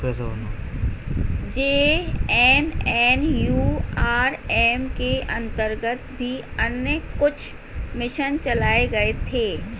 JNNURM के अंतर्गत भी अन्य कुछ मिशन चलाए गए थे